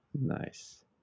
Nice